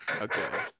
Okay